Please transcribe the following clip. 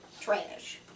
Trash